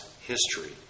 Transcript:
history